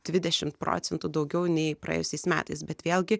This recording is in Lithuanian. dvidešimt procentų daugiau nei praėjusiais metais bet vėlgi